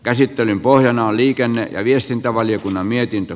käsittelyn pohjana on liikenne ja viestintävaliokunnan mietintö